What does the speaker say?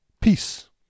Peace